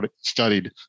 studied